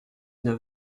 neuf